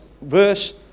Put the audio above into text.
verse